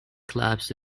clapped